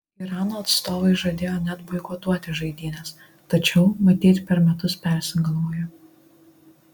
irano atstovai žadėjo net boikotuoti žaidynes tačiau matyt per metus persigalvojo